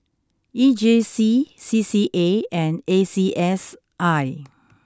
E J C C C A and A C S I